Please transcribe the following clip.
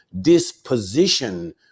disposition